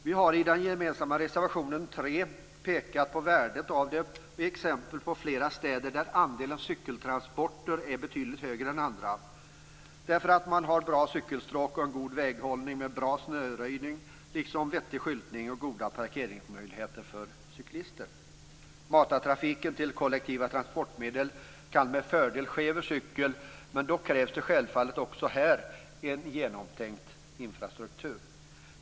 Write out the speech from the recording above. Vi har i den gemensamma reservationen 3 pekat på värdet av väl utbyggda cykelvägar och gett exempel på flera städer där andelen cykeltransporter är betydligt större än i andra, därför att man har bra cykelstråk och god väghållning med bra snöröjning liksom vettig skyltning och goda parkeringsmöjligheter för cyklister. Matartrafiken till kollektiva transportmedel kan med fördel ske med cykel, men då krävs det självfallet också här en genomtänkt infrastruktur.